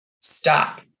stop